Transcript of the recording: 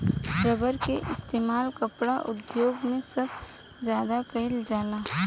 rubber के इस्तेमाल कपड़ा उद्योग मे सबसे ज्यादा कइल जाला